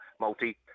multi